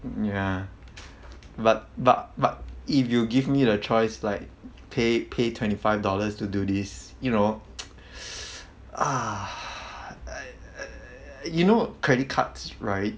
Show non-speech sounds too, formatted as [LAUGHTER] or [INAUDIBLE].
ya but but but if you give me the choice like pay pay twenty five dollars to do this you know [NOISE] ah [NOISE] you know credit cards right